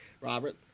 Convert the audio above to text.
Robert